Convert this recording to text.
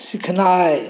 सीखनाइ